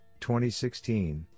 2016